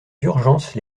d’urgence